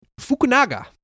Fukunaga